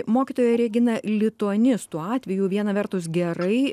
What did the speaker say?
mokytoja regina lituanistų atveju viena vertus gerai